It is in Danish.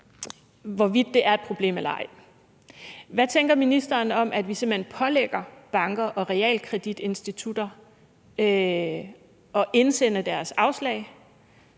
hvorvidt det er et problem eller ej. Hvad tænker ministeren om, at vi simpelt hen pålægger banker og realkreditinstitutter at indsende deres afslag,